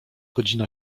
godzina